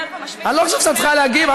נמשיך עם העשייה הגדולה שלנו.